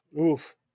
Oof